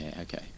okay